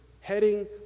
heading